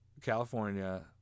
California